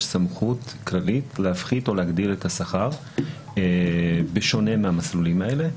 יש סמכות כללית להפחית או להגדיל את השכר בשונה מהמסלולים האלה,